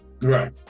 Right